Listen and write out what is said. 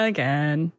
Again